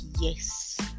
yes